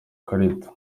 karita